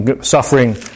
suffering